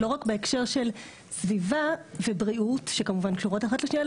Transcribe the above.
לא רק בהקשר של סביבה ובריאות שכמובן קשורות אחת לשנייה,